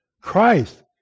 Christ